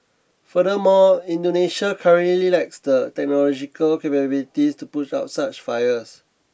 furthermore Indonesia currently lacks the technological capabilities to push out such fires